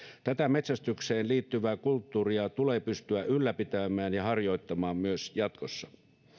tätä metsästykseen liittyvää kulttuuria tulee pystyä ylläpitämään ja harjoittamaan myös jatkossa